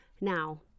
Now